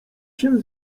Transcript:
się